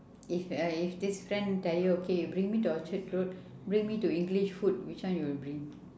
if uh if this friend tell you okay bring me to orchard-road bring me to english food which one you will bring